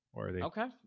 Okay